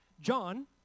John